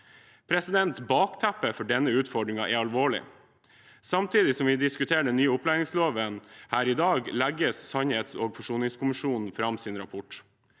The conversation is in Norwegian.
nok. Bakteppet for denne utfordringen er alvorlig. Samtidig som vi diskuterer den nye opplæringsloven her i dag, legger sannhets- og forsoningskommisjonen fram sin rapport.